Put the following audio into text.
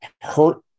hurt